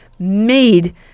made